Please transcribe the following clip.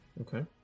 okay